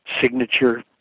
signature